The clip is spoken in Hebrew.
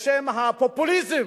בשם הפופוליזם